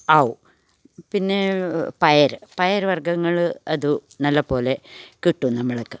ആവും പിന്നെ പയർ പയർ വർഗ്ഗങ്ങൾ അത് നല്ല പോലെ കിട്ടും നമ്മൾക്ക്